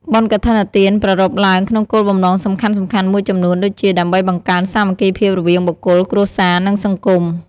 បុណ្យកឋិនទាន ប្រារព្ធឡើងក្នុងគោលបំណងសំខាន់ៗមួយចំនួនដូចជា ដើម្បីបង្កើនសាមគ្គីភាពរវាងបុគ្គល គ្រួសារ និងសង្គម។